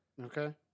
Okay